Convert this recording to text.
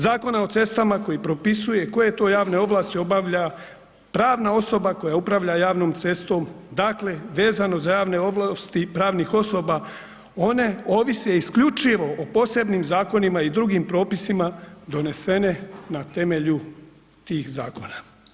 Zakona o cestama koji propisuje koje to javne ovlasti obavlja pravna osoba koja upravlja javnom cestom, dakle vezano za javne ovlasti pravnih osoba, one ovise isključivo o posebnim zakonima i drugim propisima donesene na temelju tih zakona.